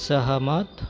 सहमत